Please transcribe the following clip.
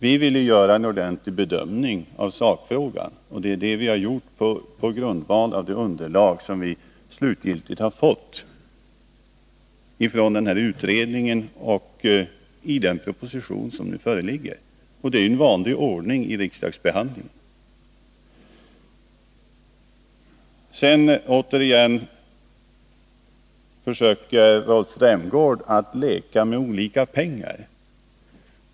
Vi ville göra en ordentlig bedömning av sakfrågan, och det är vad vi har gjort på grundval av det underlag som vi slutligen fick från denna utredning och i den proposition som nu föreligger. Det är en vanlig ordning vid riksdagens behandling av olika frågor. Återigen försöker Rolf Rämgård att leka med olika pengar.